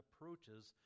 approaches